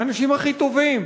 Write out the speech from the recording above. האנשים הכי טובים,